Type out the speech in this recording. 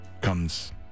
comes